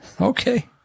Okay